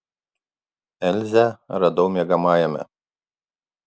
elzę radau miegamajame